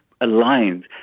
aligned